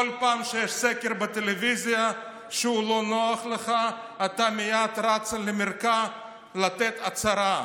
כל פעם שיש סקר בטלוויזיה שהוא לא נוח לך אתה מייד רץ למרקע לתת הצהרה.